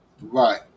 right